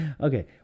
okay